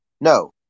No